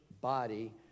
body